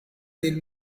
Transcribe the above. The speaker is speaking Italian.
del